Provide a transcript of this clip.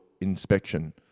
inspection